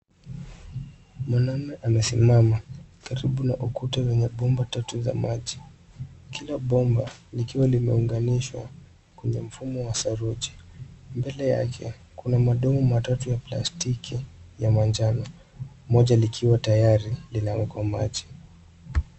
Mwanaume amesimama karibu na ukuta wenye bomba tatu za maji. Kila bomba likiwa limeunganishwa kwenye mfumo wa saruji. Mbele yake kuna mandoo matatu ya plastiki ya manjano, moja likiwa tayari linawekwa maji.